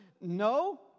no